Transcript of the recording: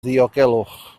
ddiogelwch